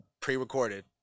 pre-recorded